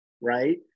right